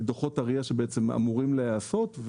דו"חות ה-RIA שבעצם אמורים להיעשות,